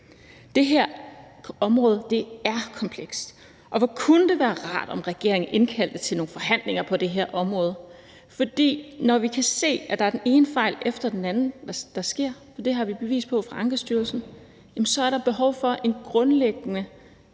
Det her område er komplekst. Og hvor kunne det være rart, om regeringen indkaldte til nogle forhandlinger på det her område, for når vi kan se, at der sker den ene fejl efter den anden, for det har vi bevis på fra Ankestyrelsen, jamen så er der behov for et grundlæggende